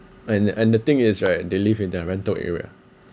and the and the thing is right they live in their rental area